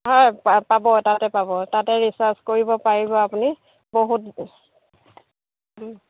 হয় পা পাব তাতে পাব তাতে ৰিছাৰ্চ কৰিব পাৰিব আপুনি বহুত